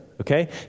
Okay